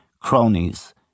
cronies